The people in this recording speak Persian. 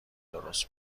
درست